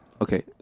okay